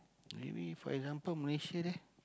maybe for example Malaysia there